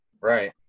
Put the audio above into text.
right